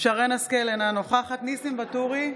שרן מרים השכל, אינה נוכחת ניסים ואטורי,